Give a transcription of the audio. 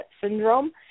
syndrome